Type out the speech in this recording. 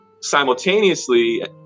simultaneously